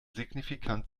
signifikant